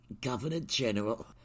Governor-General